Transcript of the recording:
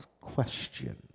question